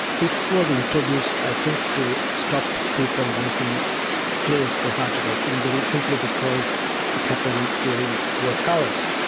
this was introduced i think to stop people making claims for heart attack injury simply because it happened during work hours,